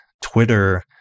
Twitter